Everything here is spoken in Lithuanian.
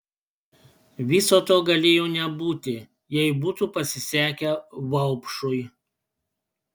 viso to galėjo nebūti jei būtų pasisekę vaupšui